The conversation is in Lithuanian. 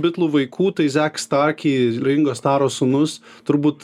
bitlų vaikų tai zek starki ringo staro sūnus turbūt